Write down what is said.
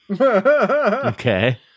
Okay